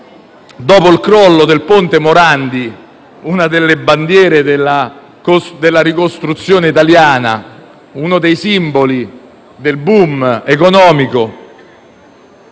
dopo il crollo del ponte Morandi, una delle bandiere della ricostruzione italiana, uno dei simboli del *boom* economico,